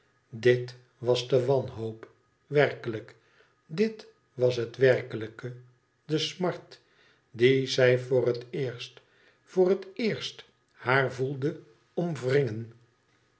dit was de wanhoop werkelijk dit was het werkelijke de smart die zij voor het eerst voor het eerst haar voelde omwringen